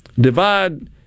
Divide